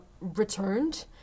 returned